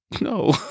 No